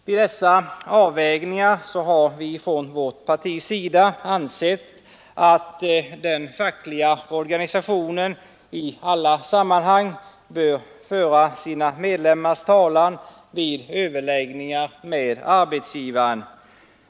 Vid dessa avvägningar har vi ansett att den fackliga organisationen i alla sammanhang bör föra sina medlemmars talan vid överläggningar med arbetsgivaren.